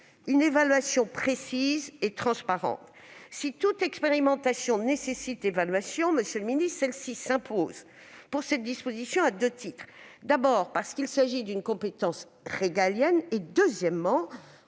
une évaluation précise et transparente. Si toute expérimentation nécessite une évaluation, celle-ci s'impose pour cette disposition à deux titres : parce qu'il s'agit d'une compétence régalienne, mais